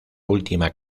última